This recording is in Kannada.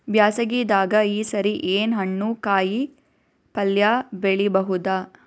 ಬ್ಯಾಸಗಿ ದಾಗ ಈ ಸರಿ ಏನ್ ಹಣ್ಣು, ಕಾಯಿ ಪಲ್ಯ ಬೆಳಿ ಬಹುದ?